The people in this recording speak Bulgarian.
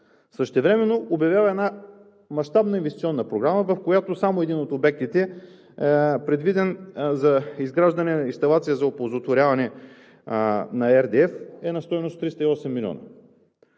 Същевременно обявява една мащабна инвестиционна програма, в която само един от обектите, предвиден за изграждане на инсталация за оползотворяване на RDF е на стойност 308 милиона.